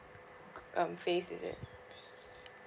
um phase is it